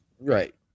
Right